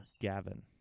Gavin